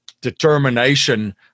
determination